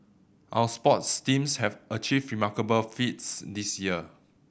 our sports teams have achieved remarkable feats this year